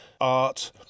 art